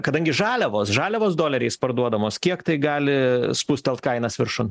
kadangi žaliavos žaliavos doleriais parduodamos kiek tai gali spustelt kainas viršun